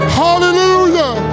hallelujah